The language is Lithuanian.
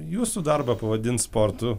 jūsų darbą pavadint sportu